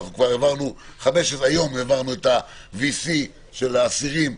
היום העברנו את ה-VC של האסירים.